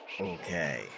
okay